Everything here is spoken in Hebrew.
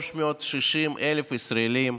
360,000 ישראלים